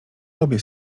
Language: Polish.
obie